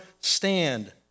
stand